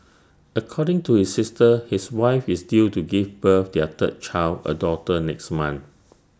according to his sister his wife is due to give birth their third child A daughter next month